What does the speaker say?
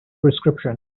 prescription